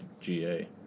GA